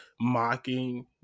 mocking